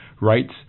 writes